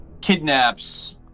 kidnaps